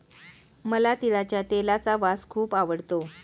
मला तिळाच्या तेलाचा वास खूप आवडतो